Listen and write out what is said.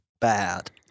bad